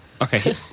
Okay